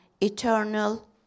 eternal